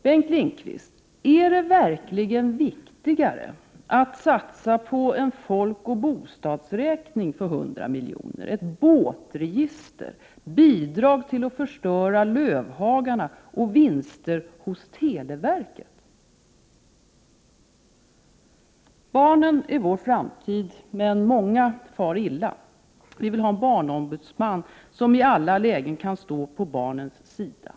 Bengt Lindqvist, är det verkligen viktigare att satsa på en folkoch bostadsräkning för hundra miljoner, ett båtregister, bidrag till att förstöra lövhagarna och vinster hos televerket? Barnen är vår framtid. Men många far illa. Vi vill ha en barnombudsman som ialla lägen kan stå på barnens sida.